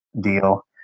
deal